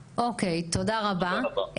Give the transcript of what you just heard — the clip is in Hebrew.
אוקי, תודה רבה.